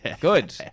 Good